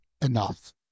Enough